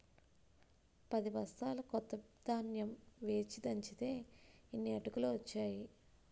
పదిబొస్తాల కొత్త ధాన్యం వేచి దంచితే యిన్ని అటుకులు ఒచ్చేయి